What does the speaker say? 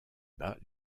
bas